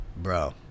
bro